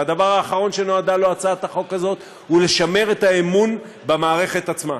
והדבר האחרון שנועדה לו הצעת החוק הזאת הוא לשמר את האמון במערכת עצמה.